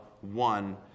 one